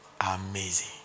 Amazing